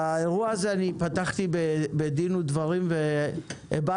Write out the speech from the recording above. באירוע הזה אני פתחתי בדין ודברים והבעתי